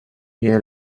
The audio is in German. ihr